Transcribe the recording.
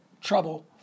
trouble